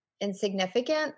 insignificant